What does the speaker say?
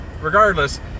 Regardless